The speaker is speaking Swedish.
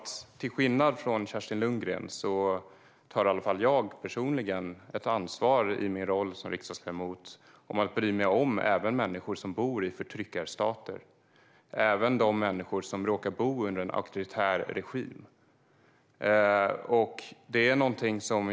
Till skillnad från Kerstin Lundgren tar jag personligen i min roll som riksdagsledamot ett ansvar för att bry mig om även de människor som bor i de mest hårdföra förtryckarstaterna och under en auktoritär regim.